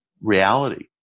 reality